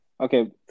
Okay